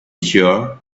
sure